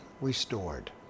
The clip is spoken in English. restored